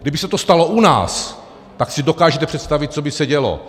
Kdyby se to stalo u nás, tak si dokážete představit, co by se dělo.